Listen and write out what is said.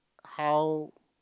how